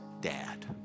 dad